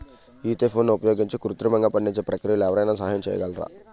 ఈథెఫోన్ని ఉపయోగించి కృత్రిమంగా పండించే ప్రక్రియలో ఎవరైనా సహాయం చేయగలరా?